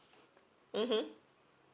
mmhmm